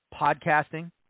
podcasting